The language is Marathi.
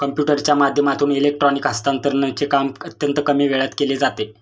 कम्प्युटरच्या माध्यमातून इलेक्ट्रॉनिक हस्तांतरणचे काम अत्यंत कमी वेळात केले जाते